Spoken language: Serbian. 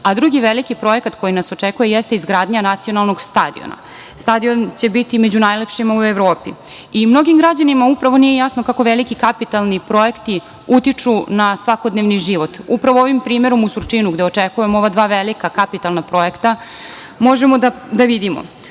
a drugi veliki projekat koji nas očekuje jeste izgradnja nacionalnog stadiona. Stadion će biti među najlepšima u Evropi. Mnogim građanima upravo nije jasno kako veliki kapitalni projekti utiču na svakodnevni život, upravo ovim primerom u Surčinu gde očekujemo ova dva velika kapitalna projekta možemo da vidimo